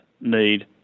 need